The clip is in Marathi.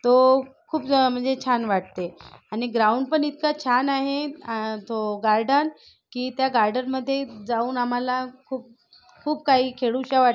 तो खूप म्हणजे छान वाटते आणि ग्राउंड पण इतकं छान आहे तो गार्डन की त्या गार्डनमध्ये जाऊन आम्हाला खूप खूप काही खेळूशा वाटते